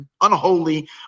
unholy